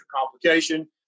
complication